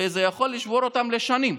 וזה יכול לשבור אותם לשנים.